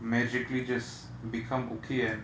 magically just become okay and